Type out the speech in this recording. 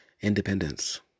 Independence